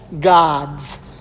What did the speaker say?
gods